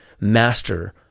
master